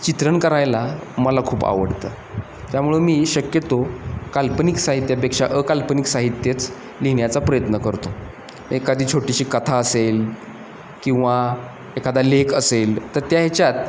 चित्रण करायला मला खूप आवडतं त्यामुळं मी शक्यतो काल्पनिक साहित्यापेक्षा अकाल्पनिक साहित्यच लिहिण्याचा प्रयत्न करतो एखादी छोटीशी कथा असेल किंवा एखादा लेख असेल तर त्या ह्याच्यात